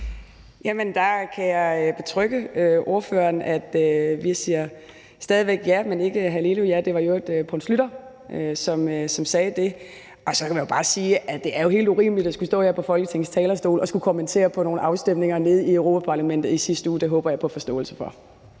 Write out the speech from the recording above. der kan jeg betrygge ordføreren i, at vi stadig væk siger ja, men ikke halleluja. Det var i øvrigt Poul Schlüter, som sagde det. Så vil jeg bare sige, at det jo er helt urimeligt at stå her på Folketingets talerstol og skulle kommentere på nogle afstemninger nede i Europa-parlamentet i sidste uge. Det håber jeg på forståelse for.